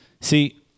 See